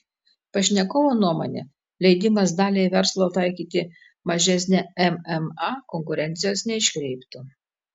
pašnekovo nuomone leidimas daliai verslo taikyti mažesnę mma konkurencijos neiškreiptų